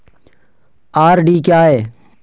RD क्या है?